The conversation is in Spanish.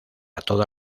toda